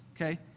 Okay